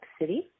City